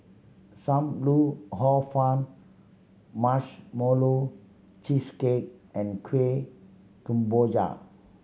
Sam Lau Hor Fun Marshmallow Cheesecake and Kueh Kemboja